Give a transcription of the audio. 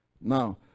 now